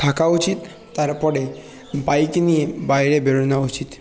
থাকা উচিত তারপরে বাইক নিয়ে বাইরে বেরনো উচিত